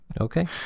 Okay